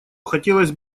хотелось